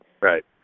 Right